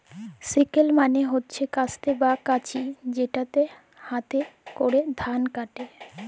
sickle মালে হচ্যে কাস্তে বা কাঁচি যেটাতে হাতে ক্যরে ধাল কাটে